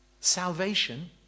Salvation